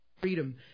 freedom